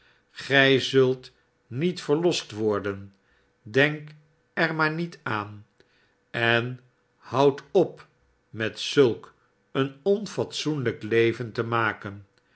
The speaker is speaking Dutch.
zult niet verlost worden denk er maar niet aan en houdt op met zulk een onfatsoenlijk leven te niaken